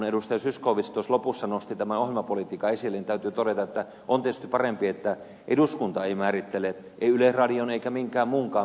zyskowicz tuossa lopussa nosti tämän ohjelmapolitiikan esille niin täytyy todeta että on tietysti parempi että eduskunta ei määrittele yleisradion eikä minkään muunkaan median ohjelmapolitiikkaa